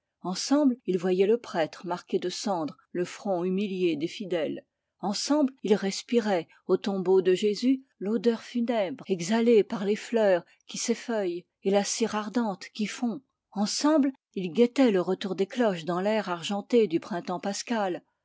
ensemble ils voyaient le prêtre marquer de cendre le front humilié des fidèles ensemble ils respiraient au tombeau de jésus l'odeur funèbre exhalée par les fleurs qui s'effeuillent et la cire ardente qui fond ensemble ils guettaient le retour des cloches dans l'air argenté du printemps pascal